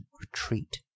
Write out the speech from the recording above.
retreat